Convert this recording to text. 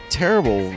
terrible